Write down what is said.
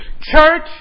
Church